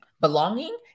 Belonging